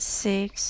six